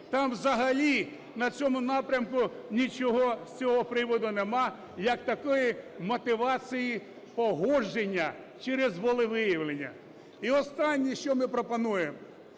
Там взагалі на цьому напрямку нічого з цього приводу нема, як такої мотивації погодження через волевиявлення. І останнє, що ми пропонуємо.